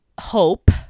hope